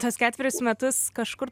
tuos ketverius metus kažkur